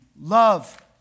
love